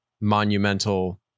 monumental